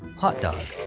hot dog!